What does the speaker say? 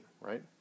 right